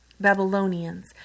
Babylonians